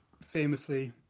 famously